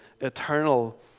eternal